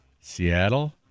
Seattle